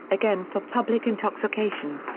again for public intoxication.